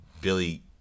billy